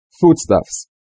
Foodstuffs